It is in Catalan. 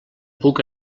puc